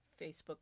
Facebook